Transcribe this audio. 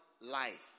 life